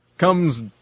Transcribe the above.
Comes